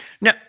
Now